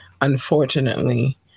unfortunately